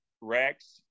Rex